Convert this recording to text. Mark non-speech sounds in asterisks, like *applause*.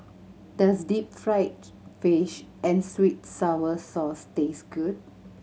does deep fried *unintelligible* fish and sweet and sour sauce taste good